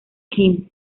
kim